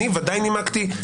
אני ודאי נימקתי,